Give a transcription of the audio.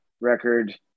record